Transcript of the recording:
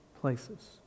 places